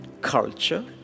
culture